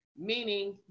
Meaning